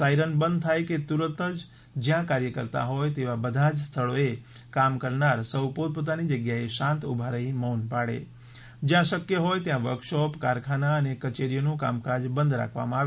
siren બંધ થાય કે તુરંત જ જયાં કાર્ય કરતા હોય તેવા બધા જ સ્થળોએ કામ કરનાર સૌ પોતપોતાની જગ્યાએ શાંત ઉભા રહી મૌન પાળે જયાં શકય ત્રોય ત્યાં વર્કશોપ કારખાના અને કચેરીઓનું કામકાજ બંધ રાખવામાં આવે